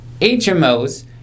HMOs